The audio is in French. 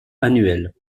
annuelle